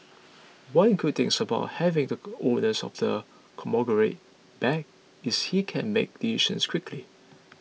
one good thing about having the owner of the conglomerate back is he can make decisions quickly